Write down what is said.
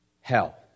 hell